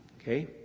Okay